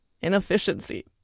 inefficiency